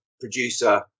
producer